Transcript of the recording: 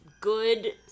good